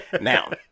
now